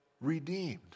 redeemed